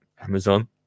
Amazon